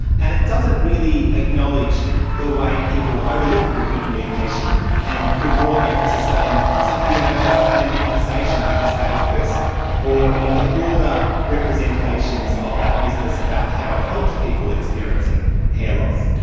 and it doesn't really acknowledge the way people overlook written communication and put more emphasis on something they might have had in conversation with the salesperson or in the broader representations of that business about how it helps people experiencing hair loss.